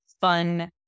fun